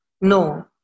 No